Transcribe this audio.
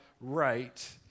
right